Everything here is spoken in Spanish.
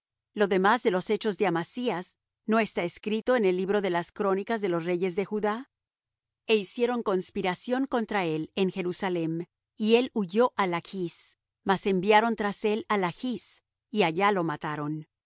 lo demás de los hechos de amasías no está escrito en el libro de las crónicas de los reyes de judá e hicieron conspiración contra él en jerusalem y él huyó á lachs mas enviaron tras él á lachs y allá lo mataron